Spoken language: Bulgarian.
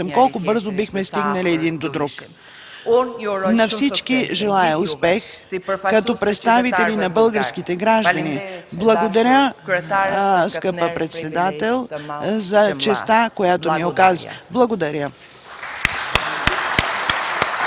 колко бързо бихме стигнали един до друг”. На всички желая успех като представители на българските граждани! Благодаря, скъпа госпожо председател, за честта, която ми оказахте! Благодаря!